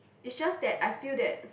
it's just that I feel that